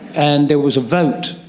and there was a vote.